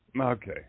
Okay